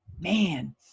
Man